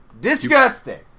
Disgusting